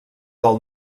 del